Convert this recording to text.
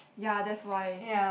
ya that's why